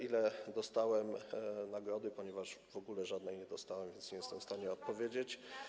ile dostałem nagrody, ponieważ w ogóle żadnej nie dostałem, więc nie jestem w stanie odpowiedzieć.